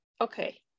Okay